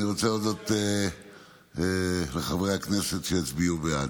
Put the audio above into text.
אני רוצה להודות לחברי הכנסת שיצביעו בעד.